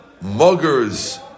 muggers